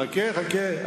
חכה, חכה.